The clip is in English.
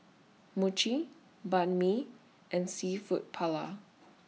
Mochi Banh MI and Seafood Paella